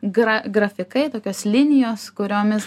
gra grafikai tokios linijos kuriomis